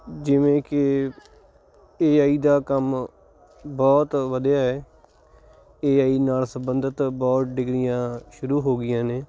ਜਿਵੇਂ ਕਿ A I ਦਾ ਕੰਮ ਬਹੁਤ ਵਧਿਆ ਹੈ ਏ ਆਈ ਨਾਲ ਸਬੰਧਿਤ ਬਹੁਤ ਡਿਗਰੀਆਂ ਸ਼ੁਰੂ ਹੋ ਗਈਆਂ ਨੇ